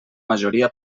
majoria